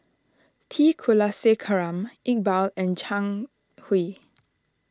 T Kulasekaram Iqbal and Zhang Hui